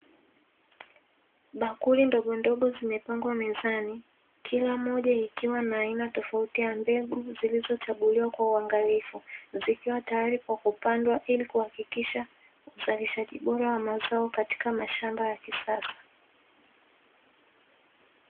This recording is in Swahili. Bakuli ndogondogo zimepangwa mezani kila moja ikiwa na aina tofauti ya mbegu zilizochaguliwa kwa uangalifu, zikiwa tayari kwa kupandwa ili kuhakikisha uzalishaji bora wa mazao, katika mashamba ya kisasa.